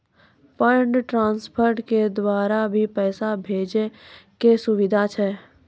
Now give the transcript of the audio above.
Fund transfer के द्वारा भी पैसा भेजै के सुविधा छै?